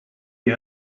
you